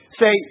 say